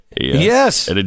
Yes